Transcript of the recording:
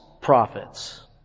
prophets